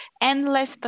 endless